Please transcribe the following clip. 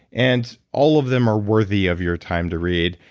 and all of them are worthy of your time to read.